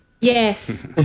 yes